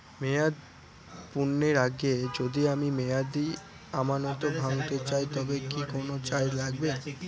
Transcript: মেয়াদ পূর্ণের আগে যদি আমি মেয়াদি আমানত ভাঙাতে চাই তবে কি কোন চার্জ লাগবে?